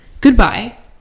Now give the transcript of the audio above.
Goodbye